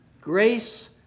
grace